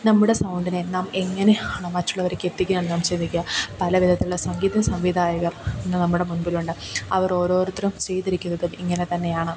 നമ്മുടെ സൗണ്ടിനെ നാം എങ്ങനെ ആണോ മറ്റുള്ളവരിലെക്കെത്തിയ്ക്കാൻ നാം ചിന്തിക്കുക പല വിധത്തിലുള്ള സംഗീത സംവിധായകർ ഇന്ന് നമ്മുടെ മുൻപിലുണ്ട് അവരോരോരുത്തരും ചെയ്തിരിക്കുന്നതും ഇങ്ങനെ തന്നെയാണ്